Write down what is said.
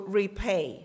repay 。